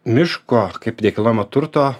miško kaip nekilnojamo turto